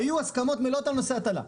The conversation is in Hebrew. היו הסכמות מלאות בנושא ההטלה,